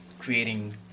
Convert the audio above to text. creating